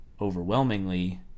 overwhelmingly